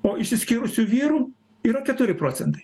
o išsiskyrusių vyrų yra keturi procentai